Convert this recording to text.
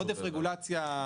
עודף רגולציה,